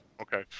Okay